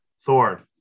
thor